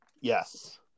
Yes